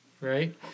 right